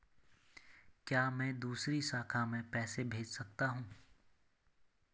क्या मैं दूसरी शाखा में पैसे भेज सकता हूँ?